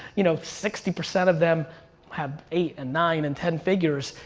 you know, sixty percent of them have eight and nine and ten figures.